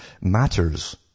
matters